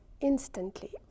instantly